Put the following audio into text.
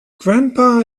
grandpa